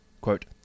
Quote